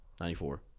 94